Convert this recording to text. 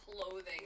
clothing